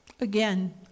again